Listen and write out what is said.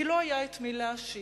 כי לא היה את מי להאשים